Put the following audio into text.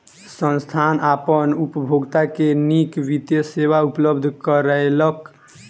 संस्थान अपन उपभोगता के नीक वित्तीय सेवा उपलब्ध करौलक